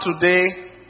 today